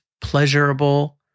pleasurable